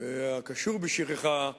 הקשור בשכחה,